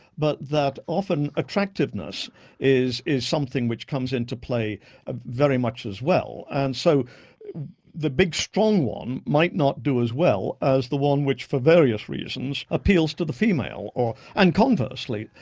but that often attractiveness is is something which comes into play ah very much as well. and so the big strong one might not do as well as the one which for various reasons appeals to the female, and conversely.